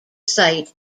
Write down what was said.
site